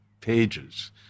pages